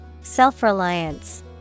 Self-reliance